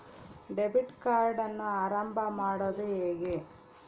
Debit ಕಾರ್ಡನ್ನು ಆರಂಭ ಮಾಡೋದು ಹೇಗೆ?